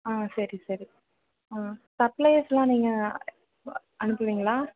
ஆ சரி சரி ஆ சப்ளையர்ஸுலாம் நீங்கள் அனுப்புவீங்களா